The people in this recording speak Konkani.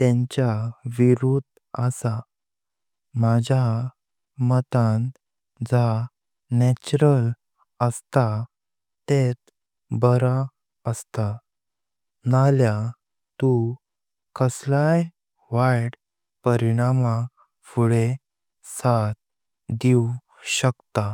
तेच्या विरुध असा। माझ्या मतांच्या नैसर्गिक असता तत बारा असता नल्या त कसलाई वैत परिणाम फुडे सात दिवस शकता।